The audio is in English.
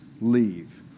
leave